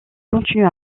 continue